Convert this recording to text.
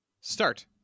start